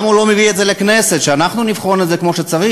למה הוא לא מביא את זה לכנסת כדי שאנחנו נבחן את זה כמו שצריך,